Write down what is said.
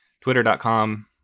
Twitter.com